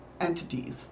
entities